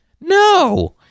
No